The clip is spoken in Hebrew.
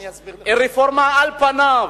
היא רפורמה על פניה.